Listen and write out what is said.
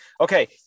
Okay